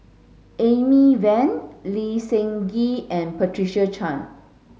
Amy Van Lee Seng Gee and Patricia Chan